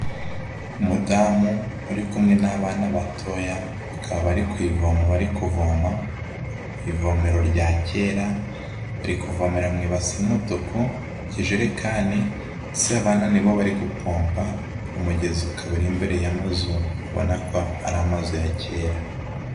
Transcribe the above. Umudamu uri kumwe n'abana batoya bakaba bari ku ivomo bari kuvoma, ivomero rya kera. Bari kuvomera mu ibase y'umutuku, ikijerekani ndetse abana nibo bari gupompa, umugezi ukaba uri imbere y'amazu, ubona ko ari amazu ya kera.